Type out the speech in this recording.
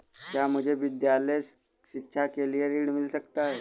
क्या मुझे विद्यालय शिक्षा के लिए ऋण मिल सकता है?